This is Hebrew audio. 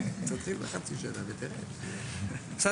כל